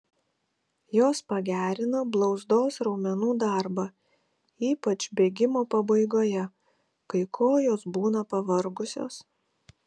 jos pagerina blauzdos raumenų darbą ypač bėgimo pabaigoje kai kojos būna pavargusios